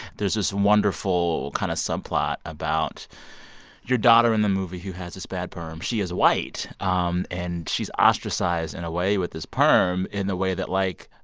there's this wonderful kind of subplot about your daughter in the movie who has this bad perm. she is white, um and she's ostracized in a way with this perm in the way that, like,